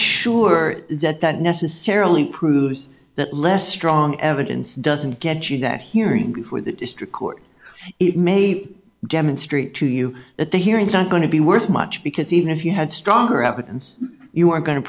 sure that that necessarily proves that less strong evidence doesn't get you that hearing before the district court it may demonstrate to you that the hearings aren't going to be worth much because even if you had stronger evidence you're going to